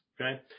okay